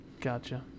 Gotcha